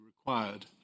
required